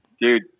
Dude